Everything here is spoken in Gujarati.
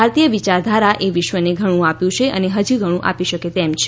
ભારતીય વિચારધારાએ વિશ્વને ઘણું આપ્યું છે અને હજી ઘણું આપી શકે તેમ છે